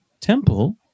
temple